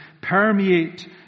permeate